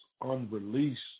unreleased